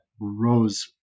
rose